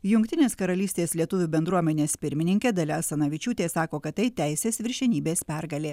jungtinės karalystės lietuvių bendruomenės pirmininkė dalia asanavičiūtė sako kad tai teisės viršenybės pergalė